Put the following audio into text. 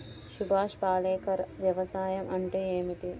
సుభాష్ పాలేకర్ వ్యవసాయం అంటే ఏమిటీ?